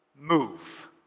move